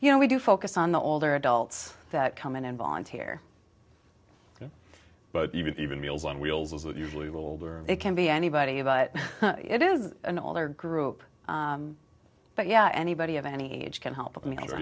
you know we do focus on the older adults that come in and volunteer but even even meals on wheels is that usually the older it can be anybody but it is an all there group but yeah anybody of any age can help me